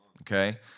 Okay